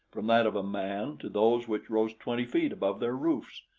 from that of a man to those which rose twenty feet above their roofs.